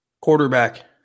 Quarterback